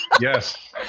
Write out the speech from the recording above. yes